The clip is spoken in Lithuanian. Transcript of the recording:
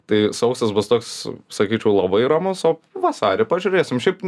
tai sausis bus toks sakyčiau labai ramus o vasarį pažiūrėsim šiaip